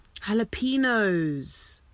Jalapenos